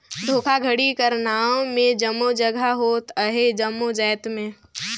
धोखाघड़ी कर नांव में जम्मो जगहा होत अहे जम्मो जाएत में